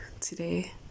today